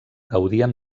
gaudien